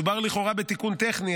מדובר לכאורה בתיקון טכני,